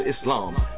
Islam